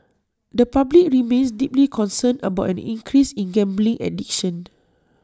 the public remains deeply concerned about an increase in gambling addiction